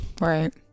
Right